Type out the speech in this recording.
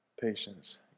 patience